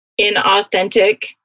inauthentic